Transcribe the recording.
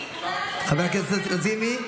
חברת הכנסת לזימי,